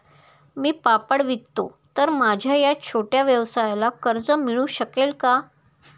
मी पापड विकतो तर माझ्या या छोट्या व्यवसायाला कर्ज मिळू शकेल का?